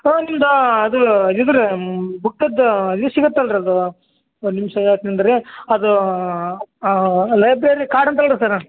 ಒಂದು ಅದು ಇದುರೀ ಬುಕ್ಕದ್ದು ಇದು ಸಿಗುತ್ತಲ್ಲ ರೀ ಅದು ಒಂದು ನಿಮಿಷ ಹೇಳ್ತೀನ್ರೀ ಅದು ಲೈಬ್ರೆರಿ ಕಾರ್ಡ್ ಅಂತಲ್ಲ ರೀ ಸರ್